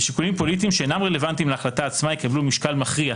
ושיקולים פוליטיים שאינם רלוונטיים להחלטה עצמה יקבלו משקל מכריע,